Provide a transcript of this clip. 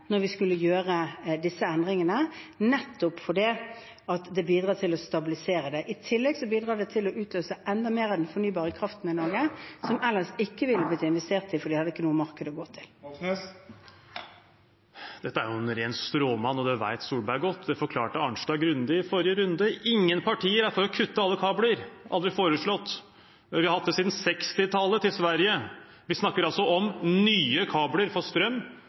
vi skulle gjøre disse endringene, nettopp fordi det bidrar til å stabilisere. I tillegg bidrar det til å utløse enda mer av den fornybare kraften i Norge, som det ellers ikke ville blitt investert i, fordi man ikke hadde noe marked å gå til. Det vert opna for oppfølgingsspørsmål – først Bjørnar Moxnes. Dette er jo en ren stråmann, og det vet Erna Solberg godt. Det forklarte representanten Arnstad grundig i forrige runde. Ingen partier er for å kutte alle kabler. Det har aldri vært foreslått. Vi har hatt kabler til Sverige